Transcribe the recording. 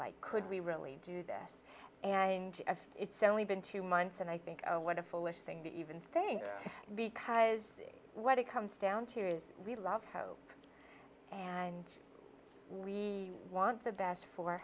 like could we really do that and it's only been two months and i think what a foolish thing that even saying because what it comes down to is real love hope and we want the best for